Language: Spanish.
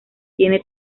tiene